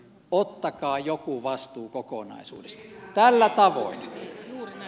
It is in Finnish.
ottakaa joku vastuu kokonaisuudesta tällä tavalla